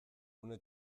une